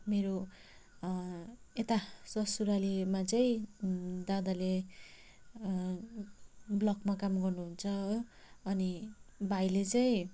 मेरो यता ससुरालीमा चाहिँ दादाले ब्लकमा काम गर्नुहुन्छ हो अनि भाइले चाहिँ